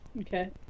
Okay